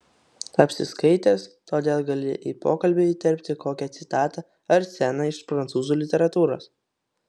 apsiskaitęs todėl gali į pokalbį įterpti kokią citatą ar sceną iš prancūzų literatūros